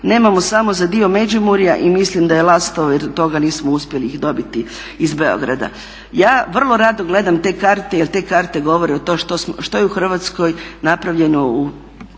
Nemamo samo za dio Međimurja i mislim da je Lastovo jer nismo uspjeli ih dobiti iz Beograda. Ja vrlo rado gledam te karte jer te karte govore to što je u Hrvatskoj napravljeno u 50-ak